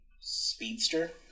speedster